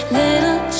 little